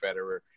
Federer